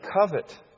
covet